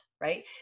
right